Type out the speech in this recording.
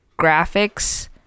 graphics